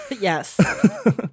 Yes